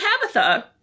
Tabitha